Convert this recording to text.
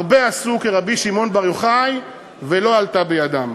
הרבה עשו כרבי שמעון בר יוחאי ולא עלתה בידם.